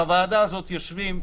בוועדה הזו יושבים,